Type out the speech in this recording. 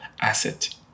asset